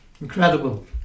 Incredible